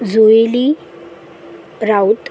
Juili Raut